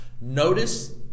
Notice